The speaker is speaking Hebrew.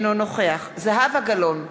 אינו נוכח זהבה גלאון,